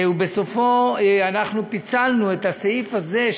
ובסופו אנחנו פיצלנו את הסעיף הזה,